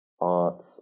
art